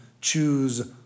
choose